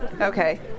Okay